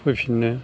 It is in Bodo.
फैफिनो